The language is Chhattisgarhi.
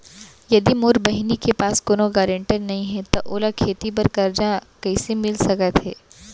यदि मोर बहिनी के पास कोनो गरेंटेटर नई हे त ओला खेती बर कर्जा कईसे मिल सकत हे?